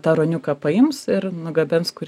tą ruoniuką paims ir nugabens kur